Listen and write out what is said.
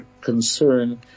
concern